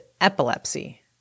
epilepsy